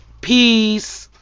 Peace